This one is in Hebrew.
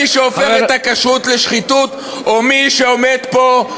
מי שהופך את הכשרות לשחיתות, או מי שעומד פה?